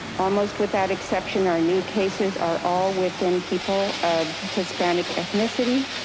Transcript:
almost without exception our new cases are all within people of hispanic ethnicity.